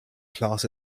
class